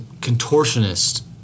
contortionist